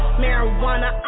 marijuana